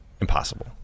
Impossible